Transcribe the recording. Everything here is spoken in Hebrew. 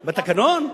בתקנון.